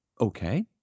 okay